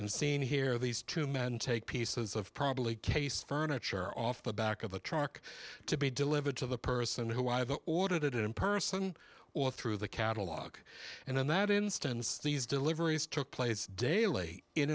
seen here these two men take pieces of probably case furniture off the back of the truck to be delivered to the person who i've ordered it in person or through the catalogue and in that instance these deliveries took place daily in